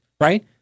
right